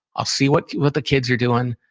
i'll see what what the kids are doing.